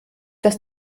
dass